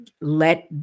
let